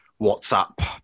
WhatsApp